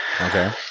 Okay